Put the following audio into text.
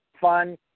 fun